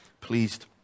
pleased